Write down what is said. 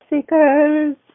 seekers